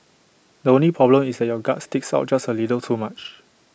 the only problem is that your gut sticks out just A little too much